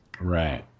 Right